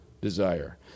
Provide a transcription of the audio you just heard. desire